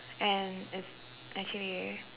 and it's actually